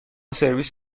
سرویس